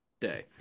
day